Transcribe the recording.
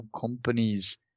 companies